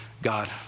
God